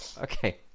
Okay